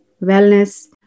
wellness